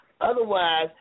Otherwise